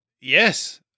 yes